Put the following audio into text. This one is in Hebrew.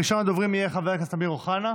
ראשון הדוברים יהיה חבר הכנסת אמיר אוחנה,